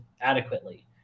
adequately